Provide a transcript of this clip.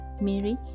Mary